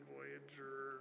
Voyager